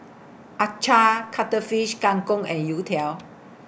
Acar Cuttlefish Kang Kong and Youtiao